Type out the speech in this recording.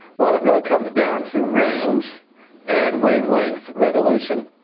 well, it really comes down to range and wavelength resolution.